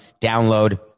Download